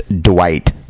Dwight